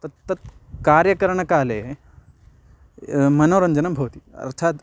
तत् तत् कार्यकरणकाले मनोरञ्जनं भवति अर्थाद्